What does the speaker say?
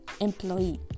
employee